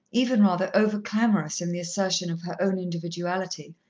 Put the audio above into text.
even rather over-clamorous in the assertion of her own individuality,